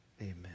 Amen